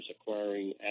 acquiring